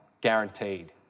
guaranteed